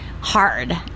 hard